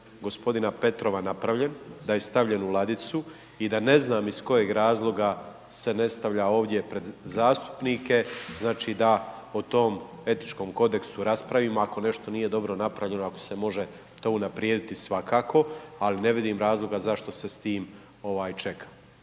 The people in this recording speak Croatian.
g. Petrova napravljen, da je stavljen u ladicu i da ne znam iz kojeg razloga se ne stavlja ovdje pred zastupnike, znači da o tom etičkom kodeksu raspravimo, ako nešto nije dobro napravljeno, ako se može tu unaprijediti svakako ali ne vidim razloga zašto s tim čeka.